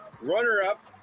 runner-up